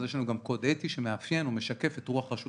אז יש לנו קוד אתי שמאפיין ומשקף את רוח רשות